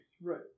Right